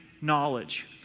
knowledge